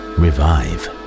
revive